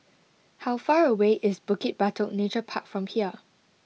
how far away is Bukit Batok Nature Park from here